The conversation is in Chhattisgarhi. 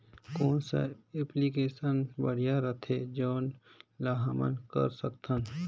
कौन सा एप्लिकेशन बढ़िया रथे जोन ल हमन कर सकथन?